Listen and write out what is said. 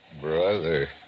Brother